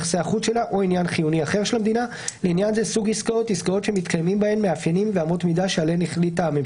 לא תהיה טעונה את אישור האספה הכללית של החברה